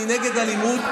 אני נגד אלימות,